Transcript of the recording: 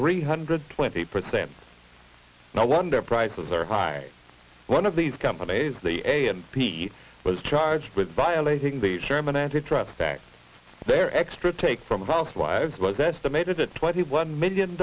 three hundred twenty percent no wonder prices are high one of these companies the a and p was charged with violating the sherman antitrust act their extra take from a false wives was estimated at twenty one million